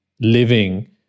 living